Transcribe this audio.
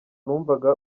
numvaga